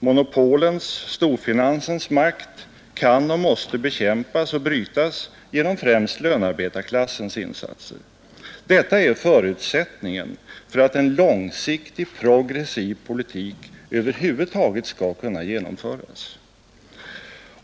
Monopolens, storfinansens makt kan och måste bekämpas och brytas, främst genom lönearbetarklassens insatser. Detta är förutsättningen för att en långsiktig, progressiv politik över huvud taget skall kunna genomföras.